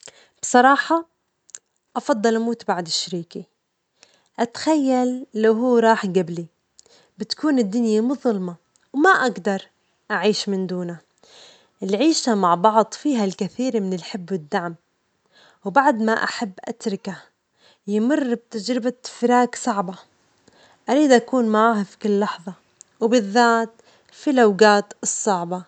بصراحة، أفضل أموت بعد شريكي، أتخيل لو هو راح جبلي، بتكون الدنيا مظلمة وما أجدر أعيش من دونه، العيشة مع بعض فيها الكثير من الحب والدعم، وبعد ما أحب أتركه يمر بتجربة فراج صعبة، أريد أكون معه في كل لحظة، وبالذات في الأوجات الصعبة.